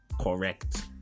correct